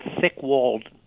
thick-walled